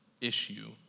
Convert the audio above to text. issue